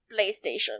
PlayStation